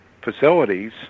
facilities